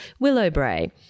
Willowbray